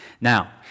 Now